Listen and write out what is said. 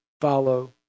follow